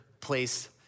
place